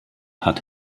hat